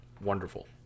wonderful